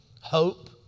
hope